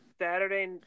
Saturday